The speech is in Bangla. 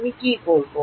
আমি কি করব